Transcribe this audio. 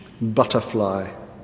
butterfly